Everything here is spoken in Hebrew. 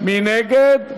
נשמח לדבר עליהן.